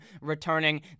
returning